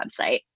website